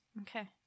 okay